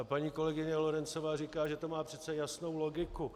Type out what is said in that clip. Paní kolegyně Lorencová říká, že to má přece jasnou logiku.